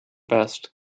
best